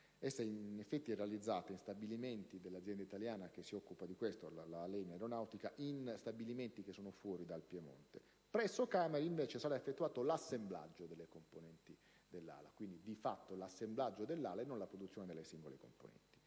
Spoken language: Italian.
essa viene infatti realizzata in stabilimenti dell'azienda italiana che si occupa di questo - la Alenia Aeronautica - in stabilimenti situati fuori dal Piemonte. Presso Cameri sarà invece effettuato l'assemblaggio delle componenti dell'ala: di fatto si parla dell'assemblaggio dell'ala e non della produzione delle singole componenti.